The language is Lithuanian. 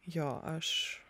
jo aš